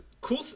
cool